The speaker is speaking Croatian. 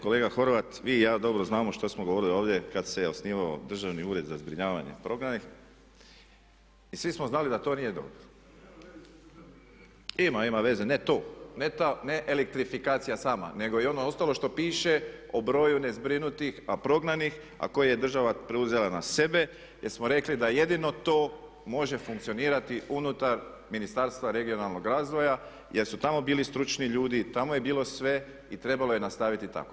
Kolega Horvat vi i ja dobro znamo što smo govorili ovdje kad se osnivao Državni ured za zbrinjavanje prognanih i svi smo znali da to nije dobro. ima veze, ne elektrifikacija samo nego i ono ostalo što piše o broju ne zbrinutih a pregnantnih a koje je država preuzela na sebe jer smo rekli da jedino to može funkcionirati unutar ministarstva regionalnog razvoja jer su tamo bili stručni ljudi, tamo je bilo sve i trebalo je nastaviti tako.